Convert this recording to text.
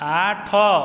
ଆଠ